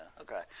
okay